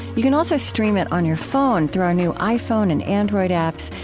you can also stream it on your phone through our new iphone and android apps.